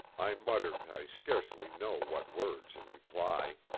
i muttered i scarcely know what words in reply.